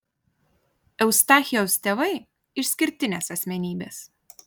eustachijaus tėvai išskirtinės asmenybės